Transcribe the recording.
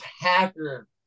hacker